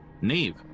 Nave